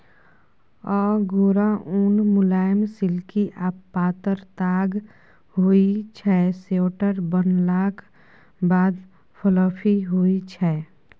अगोरा उन मुलायम, सिल्की आ पातर ताग होइ छै स्वेटर बनलाक बाद फ्लफी होइ छै